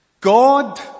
God